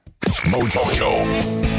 Mojo